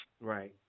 right